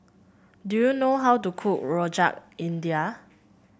do you know how to cook Rojak India